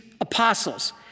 apostles